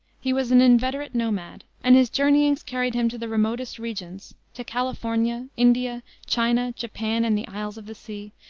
he was an inveterate nomad, and his journeyings carried him to the remotest regions to california, india, china, japan and the isles of the sea,